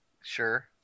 Sure